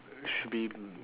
should be